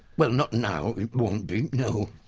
well not now, it won't be, no.